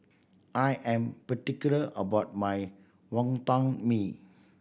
I am particular about my Wonton Mee